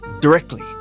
directly